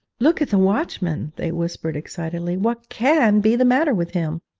look at the watchman they whispered excitedly what can be the matter with him